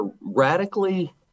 radically